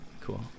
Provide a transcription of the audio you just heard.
cool